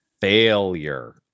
failure